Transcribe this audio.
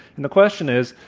and the question is,